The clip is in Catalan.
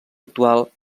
actual